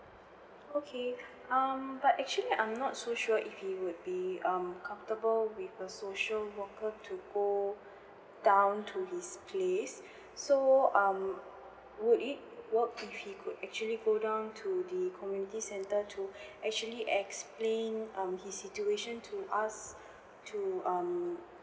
okay um but actually I'm not so sure he would be um comfortable with with the social worker to go down to his place so um would it work if he could actually go down the community center to actually explain um his situation to ask to um